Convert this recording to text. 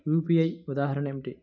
UPI ఉదాహరణ ఏమిటి?